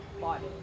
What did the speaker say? body